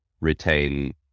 retain